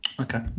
okay